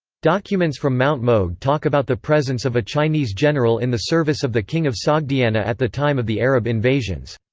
documents from mt. mogh talk about the presence of a chinese general in the service of the king of sogdiana at the time of the arab invasions.